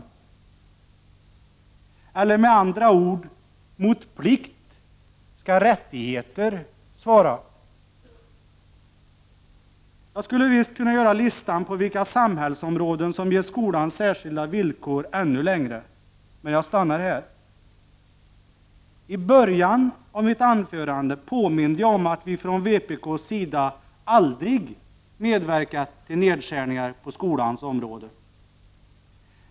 Eller uttryckt med andra ord: mot plikt skall svara rättigheter. Jag skulle kunna göra listan på vilka samhällsområden som ger skolan särskilda villkor ännu längre, men jag stannar här. I början av mitt anförande påminde jag om att vi från vpk:s sida aldrig medverkat till nedskärningar på skolans område.